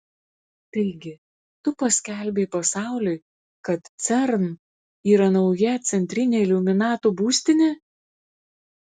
taigi tu paskelbei pasauliui kad cern yra nauja centrinė iliuminatų būstinė